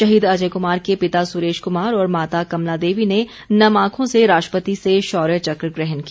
शहीद अजय कुमार के पिता सुरेश कुमार और माता कमला देवी ने नम आंखों से राष्ट्रपति से शौर्य चक्र ग्रहण किया